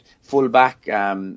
full-back